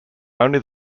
only